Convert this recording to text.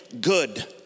good